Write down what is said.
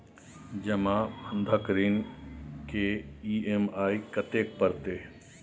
जमा बंधक ऋण के ई.एम.आई कत्ते परतै?